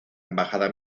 embajada